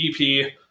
EP